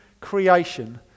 creation